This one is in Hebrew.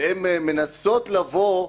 שהן מנסות לבוא,